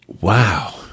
Wow